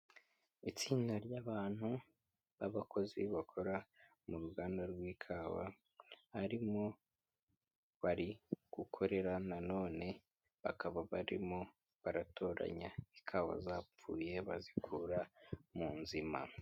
Itsinda ry'abantu b'abakozi bakora mu ruganda rw'ikawa, barimo bari gukorera nanone bakaba barimo baratoranya ikawa zapfuye bazikura mu nzima.